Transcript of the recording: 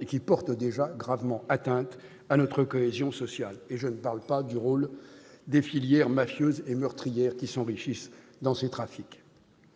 et portent déjà -gravement atteinte à notre cohésion sociale. Je ne parle même pas du rôle des filières mafieuses et meurtrières qui s'enrichissent dans ces trafics